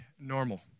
normal